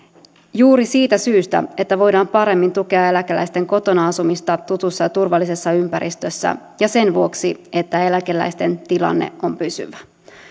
juuri siitä syystä että voidaan paremmin tukea eläkeläisten kotona asumista tutussa ja turvallisessa ympäristössä ja sen vuoksi että eläkeläisten tilanne on pysyvä